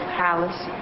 palace